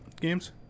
games